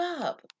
up